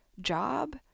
job